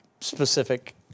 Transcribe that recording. specific